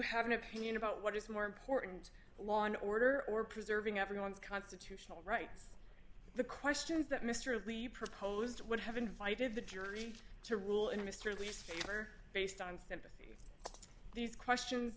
have an opinion about what is more important the law and order or preserving everyone's constitutional rights the questions that mr lee proposed would have invited the jury to rule in mr leask favor based on sympathy these questions